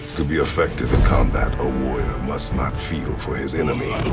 to be effective in combat a warrior must not feel for his enemy.